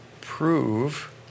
prove